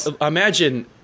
imagine